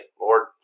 Lord